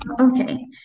okay